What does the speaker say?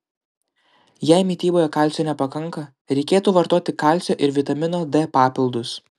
jei mityboje kalcio nepakanka reikėtų vartoti kalcio ir vitamino d papildus